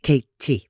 KT